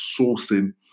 sourcing